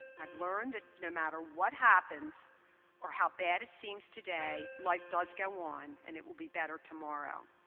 i've learned that no matter what happens or how bad it seems today, life does go on and it will be better tomorrow.